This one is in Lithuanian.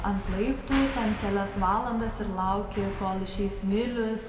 ant laiptų ten kelias valandas ir lauki kol išeis milius